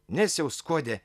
nes jau skuodė